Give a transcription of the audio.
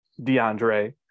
DeAndre